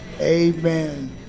Amen